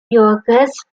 yorkers